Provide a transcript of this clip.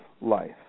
life